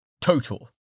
Total